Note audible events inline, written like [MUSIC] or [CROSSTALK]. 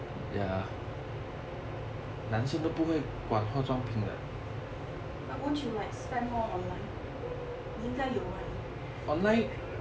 but won't you like spend more online 你应该有吗你 [LAUGHS]